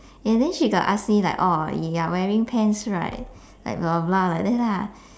and then she got ask me like oh you are wearing pants right like blah blah blah like that lah